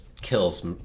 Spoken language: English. kills